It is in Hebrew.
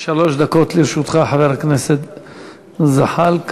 שלוש דקות לרשותך, חבר הכנסת זחאלקה.